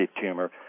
tumor